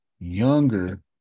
Younger